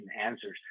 answers